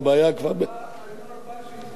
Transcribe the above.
היינו ארבעה שהצביעו בעד הקמת המחנה.